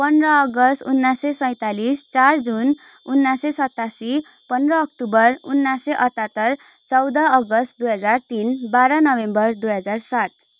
पन्ध्र अगस्ट उन्नाइस सौ सैतालिस चार जुन उन्नाइस सौ सतासी पन्ध्र अक्टोबर उन्नाइस सय अठहत्तर चौध अगस्ट दुई हजार तिन बाह्र नोभेम्बर दुई हजार सात